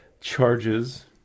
charges